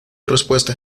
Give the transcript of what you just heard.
respuesta